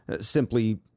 simply